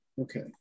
Okay